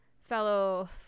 fellow